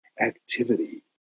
activity